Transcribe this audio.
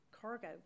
cargo